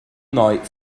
night